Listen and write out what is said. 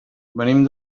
venim